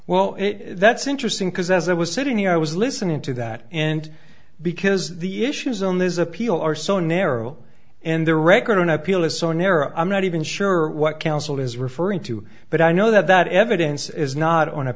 well that's interesting because as i was sitting the i was listening to that and because the issues on this appeal are so narrow and the record on appeal is so narrow i'm not even sure what counsel is referring to but i know that that evidence is not on a